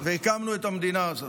והקמנו את המדינה הזאת.